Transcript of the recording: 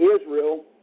Israel